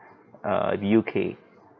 uh the U_K